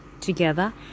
together